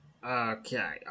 Okay